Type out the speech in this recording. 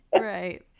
Right